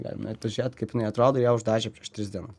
galim nueit pažiūrėt kaip jinai atrodo ją uždažė prieš tris dienas